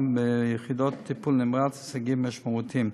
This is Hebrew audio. ביחידות לטיפול נמרץ הישגים משמעותיים: